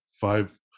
five